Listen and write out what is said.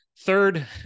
Third